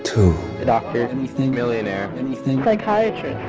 a doctor. anything millionaire. anything psychiatrist